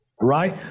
Right